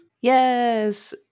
Yes